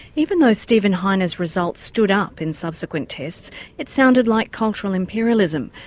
even though steven heine's results stood up in subsequent tests it sounded like cultural imperialism,